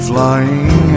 Flying